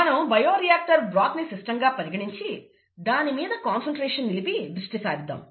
మనం bio reactor broth ని system గా పరిగణించి దానిమీద కాన్సన్ట్రేషన్ నిలిపి దృష్టి సారిద్దాం